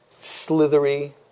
Slithery